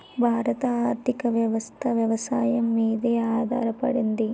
భారత ఆర్థికవ్యవస్ఠ వ్యవసాయం మీదే ఆధారపడింది